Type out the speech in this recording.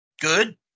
good